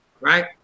right